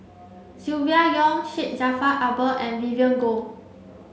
Silvia Yong Syed Jaafar Albar and Vivien Goh